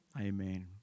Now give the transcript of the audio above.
Amen